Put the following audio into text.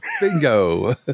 Bingo